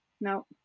no